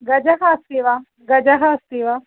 गजः अस्ति वा गजः अस्ति वा